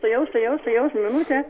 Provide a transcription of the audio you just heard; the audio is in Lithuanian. tuojaus tuojaus tuojaus minutę